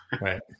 Right